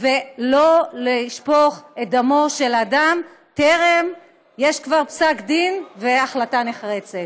ולא לשפוך את דמו של אדם בטרם יש פסק דין וההחלטה נחרצת.